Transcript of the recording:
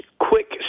quick